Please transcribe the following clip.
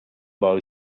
boy